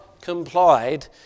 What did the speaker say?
complied